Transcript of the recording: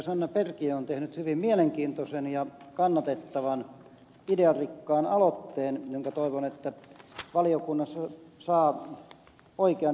sanna perkiö on tehnyt hyvin mielenkiintoisen ja kannatettavan idearikkaan aloitteen jonka toivon valiokunnassa saavan oikean ja hyvän käsittelyn